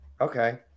Okay